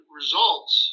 results